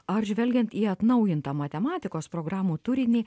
ar žvelgiant į atnaujintą matematikos programų turinį